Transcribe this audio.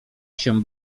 się